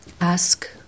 ask